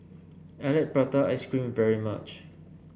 I like Prata Ice Cream very much